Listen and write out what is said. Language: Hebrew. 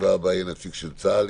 שבישיבה הבאה יהיה נציג של צה"ל.